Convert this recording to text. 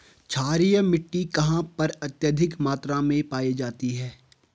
क्षारीय मिट्टी कहां पर अत्यधिक मात्रा में पाई जाती है?